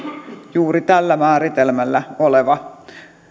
juuri tällä määritelmällä oleva